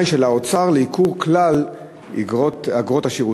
של האוצר לייקור כלל אגרות השירותים?